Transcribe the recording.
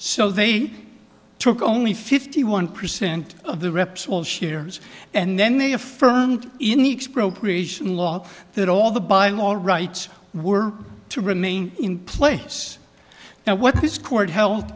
so they took only fifty one percent of the repsol shares and then they affirmed in each procreation law that all the by all rights were to remain in place now what this court he